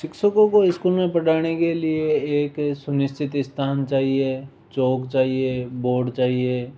शिक्षकों को स्कूल में पढ़ाने के लिए एक सुनिश्चित स्थान चाहिए चौक चाहिए बोर्ड चाहिए